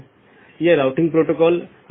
और यह मूल रूप से इन पथ विशेषताओं को लेता है